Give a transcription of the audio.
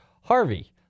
Harvey